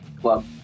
club